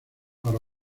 para